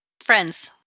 Friends